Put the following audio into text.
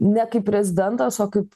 ne kaip prezidentas o kaip